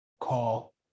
call